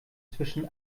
zwischen